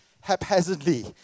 haphazardly